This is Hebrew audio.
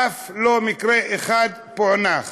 אף מקרה אחד לא פוענח.